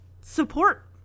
support